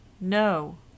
no